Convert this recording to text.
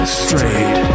straight